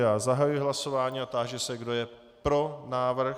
Já zahajuji hlasování a táži se, kdo je pro návrh.